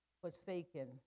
forsaken